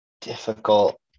difficult